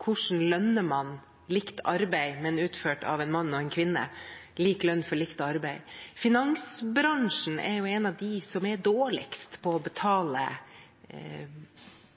Hvordan lønner man likt arbeid, men utført av en mann og av en kvinne – lik lønn for likt arbeid? Finansbransjen er av dem som er dårligst i å betale